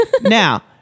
Now